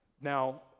Now